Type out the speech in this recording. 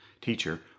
Teacher